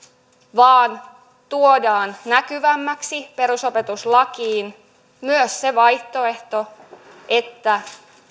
vaan tuodaan näkyvämmäksi perusopetuslakiin myös se vaihtoehto että